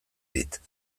dit